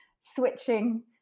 switching